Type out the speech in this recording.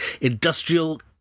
industrial